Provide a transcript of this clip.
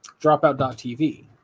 Dropout.TV